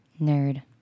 Nerd